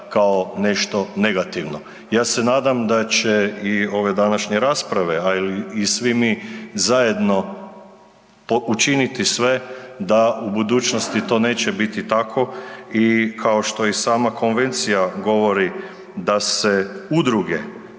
Ja se nadam da će i ove današnje rasprave, a i svi mi zajedno učiniti sve da u budućnosti to neće biti tako i kao što i sama konvencija govori da se udruge,